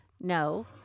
no